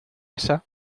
esa